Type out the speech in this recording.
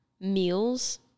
meals